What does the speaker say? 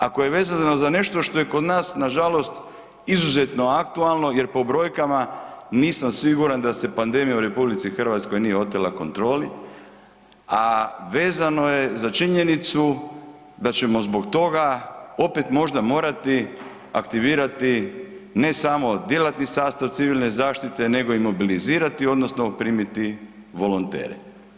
Ako je vezano za nešto što je kod nas, nažalost izuzetno aktualno jer po brojkama, nisam siguran da se pandemija u RH nije otela kontroli, a vezano je za činjenicu da ćemo zbog toga opet možda morati aktivirati ne samo djelatni sastav civilne zaštite, nego i mobilizirati, odnosno primiti volontere.